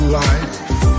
life